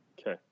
Okay